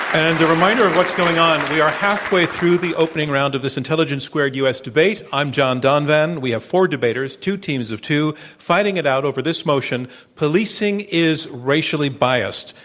and a reminder of what's going on, we are halfway through the opening round of this intelligence squared u. s. debate. i'm john donvan. we have four debaters, two teams of two, fighting it out over this motion policing is racially biased.